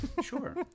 Sure